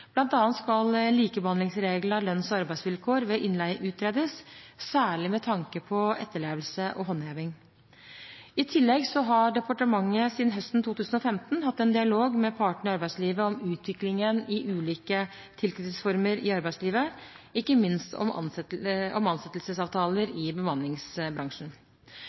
skal likebehandlingsreglene av lønns- og arbeidsvilkår ved innleie utredes, særlig med tanke på etterlevelse og håndheving. I tillegg har departementet siden høsten 2015 hatt en dialog med partene i arbeidslivet om utviklingen i ulike tilknytningsformer i arbeidslivet, ikke minst om ansettelsesavtaler i bemanningsbransjen.